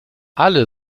alle